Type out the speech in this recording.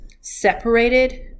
separated